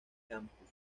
campus